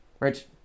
Rich